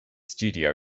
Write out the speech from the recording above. studio